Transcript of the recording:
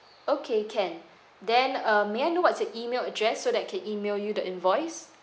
okay can then uh may I know what's your email address so that I can email you the invoice